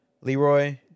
Leroy